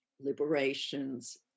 liberations